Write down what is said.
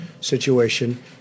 situation